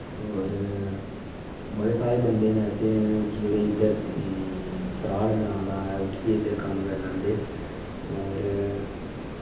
और बड़े सारे बंदे न ऐसे न जेह्ड़े इद्धर साढ़े ग्रां दा उठियै इद्धर कम्म करन आंदे और